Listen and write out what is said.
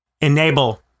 enable